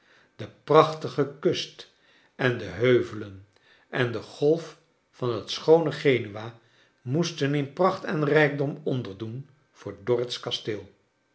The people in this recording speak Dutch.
de prachtige kust en de heuvelen en de golf van het schoone genua moesten in pracht en rijkdom onderdoen voor dorrit's kasteel